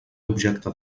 objecte